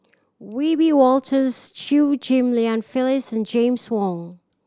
Wiebe Wolters Chew Ghim Lian Phyllis and James Wong